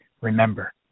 remember